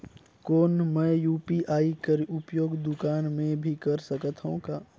कौन मै यू.पी.आई कर उपयोग दुकान मे भी कर सकथव का?